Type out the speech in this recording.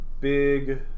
big